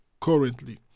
currently